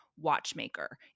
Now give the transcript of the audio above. watchmaker